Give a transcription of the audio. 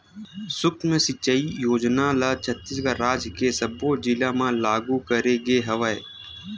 सुक्ष्म सिचई योजना ल छत्तीसगढ़ राज के सब्बो जिला म लागू करे गे हवय